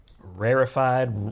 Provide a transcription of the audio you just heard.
Rarified